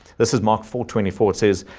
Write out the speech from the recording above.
this is mark four twenty four says,